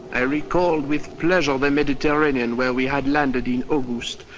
i recall with pleasure the mediterranean where we had landed in august.